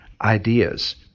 ideas